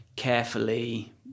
carefully